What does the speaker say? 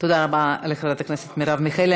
תודה רבה לחברת הכנסת מרב מיכאלי.